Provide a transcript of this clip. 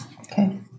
Okay